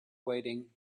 waiting